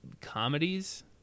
comedies